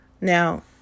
Now